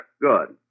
Good